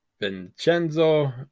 Vincenzo